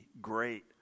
great